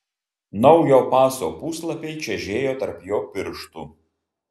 naujo paso puslapiai čežėjo tarp jo pirštų